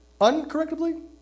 uncorrectably